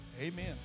Amen